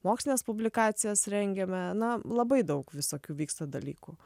mokslines publikacijas rengiame na labai daug visokių vyksta dalykų